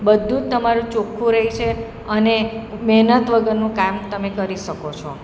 બધું જ તમારું ચોખ્ખું રહે છે અને મહેનત વગરનું કામ તમે કરી શકો છો